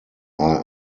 are